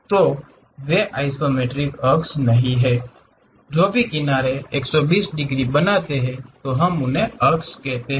तो वे आइसोमेट्रिक अक्ष नहीं हैं जो भी किनारे 120 डिग्री बनाते हैं हम उन्हें अक्ष कहते हैं